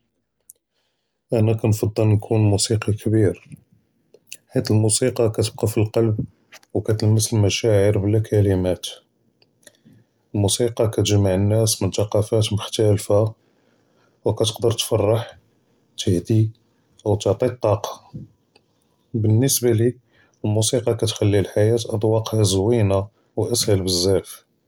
אני כנג’בּל נكون מוסיקי קביר חית אלמוסיקי כתבקה פיללב וכתלמס אלמחשאר בלא קלימאת. אלמוסיקי כתג’מע אלנס מן ת’קאפות מכתלעפה וכתقدر תפרח ת’הדי או ת’עתי אלطاقה. בנסבה ליא מוסיקי כת’ח’לי אלח’יה זוינה, אד’ו’ק’ה זוינה ואסהל בזאף.